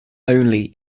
only